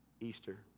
Easter